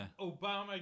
Obama